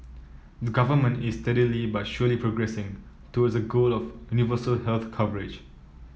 the government is steadily but surely progressing towards a goal of universal health coverage